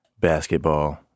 basketball